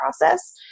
process